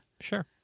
Sure